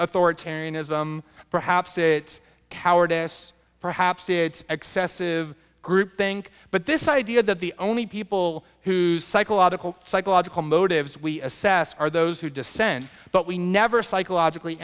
authoritarianism perhaps it cowardice perhaps it's excessive group think but this idea that the only people whose psychological psychological motives we assess are those who dissent but we never psychologically